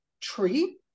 tree